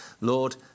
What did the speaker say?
lord